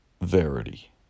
verity